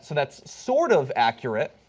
so that's sort of accurate,